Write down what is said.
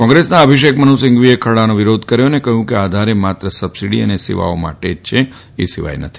કોંગ્રેસના અભિષેક મનુ સિંઘવીએ ખરડાનો વિરોધ કર્યો અને કહ્યું કે આધાર એ માત્ર સબસીડી અને સેવા માટે જ છે એ સિવાય નથી